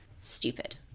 stupid